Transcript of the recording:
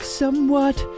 somewhat